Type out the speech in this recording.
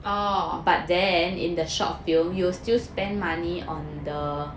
oh